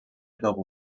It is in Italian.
dopo